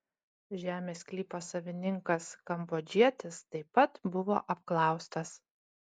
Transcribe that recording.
žemės sklypo savininkas kambodžietis taip pat buvo apklaustas